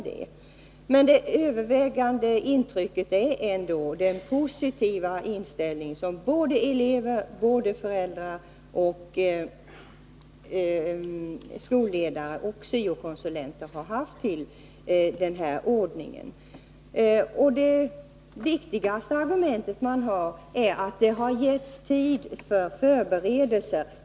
Det övervägande antalet elever, föräldrar, skolledare och syo-konsulenter är positiva till en sådan ordning. Det viktigaste argumentet är att det har getts tid till förberedelser.